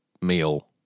meal